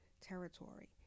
territory